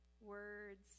words